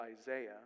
Isaiah